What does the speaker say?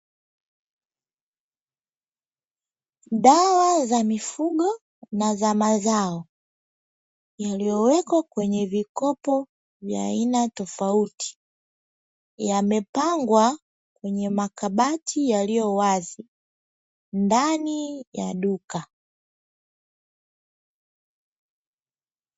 Dawa za mifugo na za mazao, zilizohifadhiwa kwenye vikopo vya aina tofauti, zimepangwa kwenye makabati yaliyo wazi ndani ya duka.